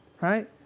right